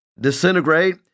disintegrate